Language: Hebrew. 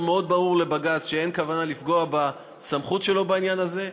מאוד ברור לבג"ץ שאין כוונה לפגוע בסמכות שלו בעניין הזה,